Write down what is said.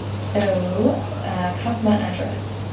so customer address.